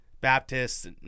baptists